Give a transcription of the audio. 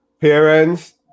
parents